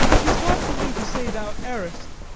tis not for me to say thou errest,